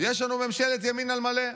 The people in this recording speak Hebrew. יש לנו ממשלת ימין על מלא.